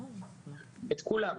את כולם.